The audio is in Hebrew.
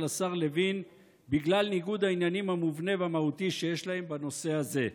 השר לוין בגלל ניגוד העניינים המובנה והמהותי שיש להם בנושא הזה.